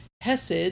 hesed